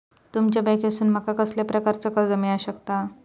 तुमच्या बँकेसून माका कसल्या प्रकारचा कर्ज मिला शकता?